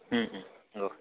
औ